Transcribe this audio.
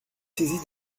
saisie